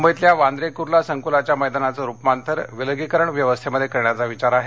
मुंबईतल्यावांद्रे कुर्ला संकुलाच्या मैदानाचं रूपांतर विलगीकरण व्यवस्थेमध्ये करण्याचा विचार आहे